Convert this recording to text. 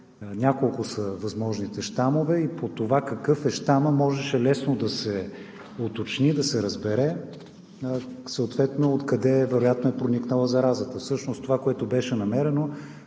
няколко са възможните щамове и по това какъв е щамът можеше лесно да се уточни, да се разбере съответно откъде вероятно е проникнала заразата. Всъщност това, което беше намерено,